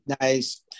Nice